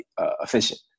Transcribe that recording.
efficient